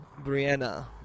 Brianna